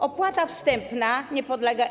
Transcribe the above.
Opłata wstępna nie podlega.